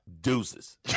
deuces